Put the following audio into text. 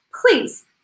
please